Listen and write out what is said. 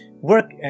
work